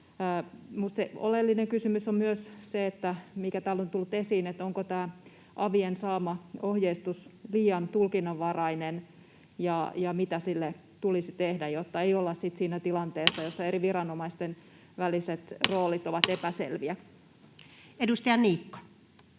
oleellinen kysymys on myös se, mikä täällä on tullut esiin: onko tämä avien saama ohjeistus liian tulkinnanvarainen ja mitä sille tulisi tehdä, jotta ei olla sitten siinä tilanteessa, jossa eri viranomaisten väliset roolit ovat epäselviä. Edustaja Niikko.